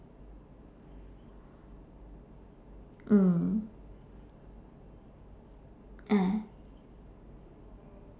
mm ah